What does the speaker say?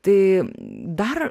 tai dar